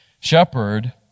shepherd